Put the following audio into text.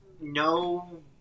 no